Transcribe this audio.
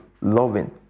loving